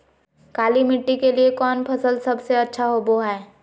काली मिट्टी के लिए कौन फसल सब से अच्छा होबो हाय?